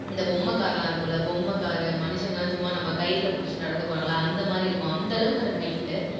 இந்த பொம்மை கார்லாம் இருக்குல்ல பொம்மை காரு மனுஷங்கலாம் சும்மா கயிறில் புடிச்சு நடந்து போகறாங்கள்ல அந்த மாதிரி இருக்கும் அந்தளவுக்கு அது ஹைட்டு